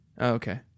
Okay